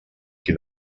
qui